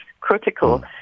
critical